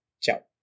Ciao